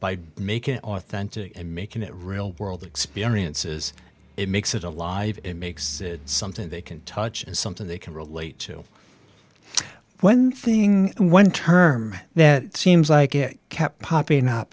by making authentic and making it real world experiences it makes it alive it makes it something they can touch and something they can relate to one thing one term that seems like it kept popping up